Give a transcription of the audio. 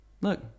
look